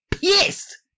pissed